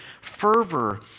fervor